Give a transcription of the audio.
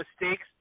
mistakes